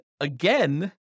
again